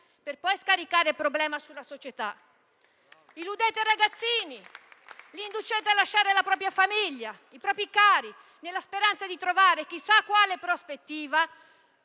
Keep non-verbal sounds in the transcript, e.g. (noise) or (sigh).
per poi scaricare il problema sulla società. (applause) Illudete i ragazzini, inducendoli a lasciare la propria famiglia e i propri cari, nella speranza di trovare chissà quale prospettiva